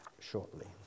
shortly